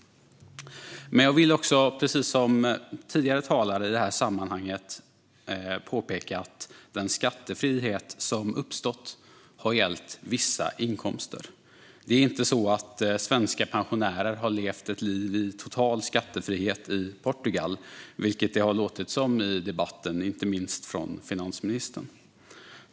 Jag vill, precis som tidigare talare, i detta sammanhang påpeka att den skattefrihet som uppstått har gällt vissa inkomster. Det är inte så att svenska pensionärer har levt ett liv i total skattefrihet i Portugal, vilket det har låtit som i debatten, inte minst från finansministern.